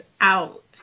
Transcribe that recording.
out